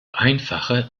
einfache